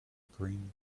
green